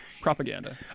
Propaganda